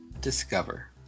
discover